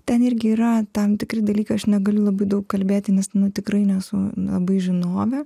ten irgi yra tam tikri dalykai aš negaliu labai daug kalbėti nes tikrai nesu labai žinovė